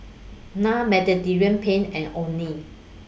Naan Mediterranean Penne and Only